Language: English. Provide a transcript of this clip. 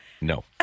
No